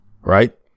right